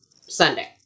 Sunday